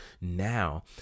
now